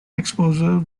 exposure